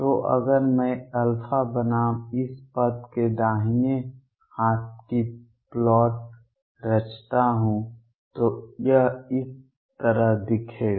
तो अगर मैं α बनाम इस पद के दाहिने हाथ की प्लॉट रचता हूं तो यह इस तरह दिखेगा